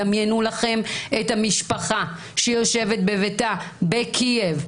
דמיינו לעצמכם את המשפחה שיושבת בביתה בקייב,